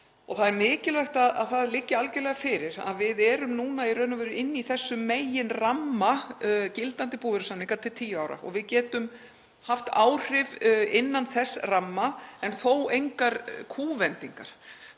Það er mikilvægt að það liggi algerlega fyrir að við erum núna í raun og veru inni í þessum meginramma gildandi búvörusamninga til 10 ára og við getum haft áhrif innan þess ramma en þó engar kúvendingar.